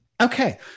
Okay